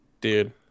dude